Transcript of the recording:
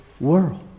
world